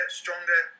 stronger